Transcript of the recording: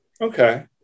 Okay